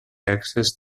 access